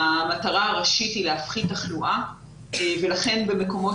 המטרה הראשית היא להפחית תחלואה ולכן במקומות